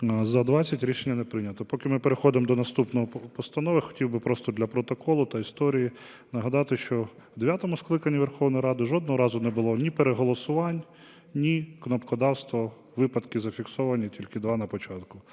За-20 Рішення не прийнято. Поки ми переходимо до наступної постанови, хотів би просто для протоколу та історії нагадати, що в дев'ятому скликанні Верховної Ради жодного разу не було ні переголосувань, ні кнопкодавства, випадки зафіксовані тільки два на початку.